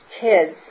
kids